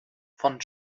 von